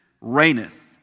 reigneth